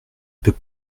peut